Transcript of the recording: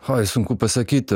oi sunku pasakyti